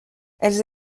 elles